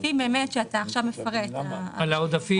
הכספים שאתה עכשיו מפרט -- על העודפים.